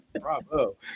Bravo